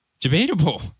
Debatable